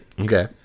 Okay